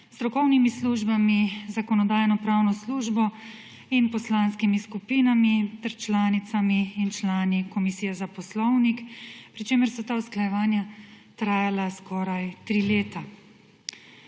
strokovnimi službami, Zakonodajno-pravno službo in poslanskimi skupinami ter članicami in člani Komisije za poslovnik, pri čemer so ta usklajevanja trajala skoraj tri leta.